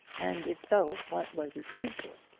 and if so, what was its nature.